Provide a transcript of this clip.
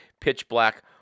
pitch-black